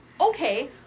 okay